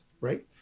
right